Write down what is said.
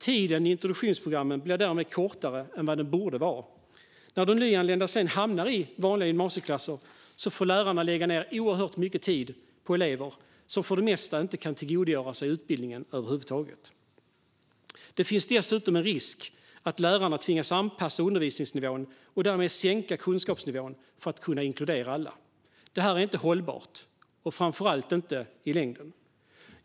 Tiden i introduktionsprogrammen blir därmed kortare än vad den borde vara. När de nyanlända sedan hamnar i vanliga gymnasieklasser får lärarna lägga ned oerhört mycket tid på elever som för det mesta inte kan tillgodogöra sig utbildningen över huvud taget. Det finns dessutom en risk att lärarna tvingas anpassa undervisningsnivån och därmed sänka kunskapsnivån för att kunna inkludera alla. Det här är inte hållbart i längden.